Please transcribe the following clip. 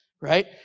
right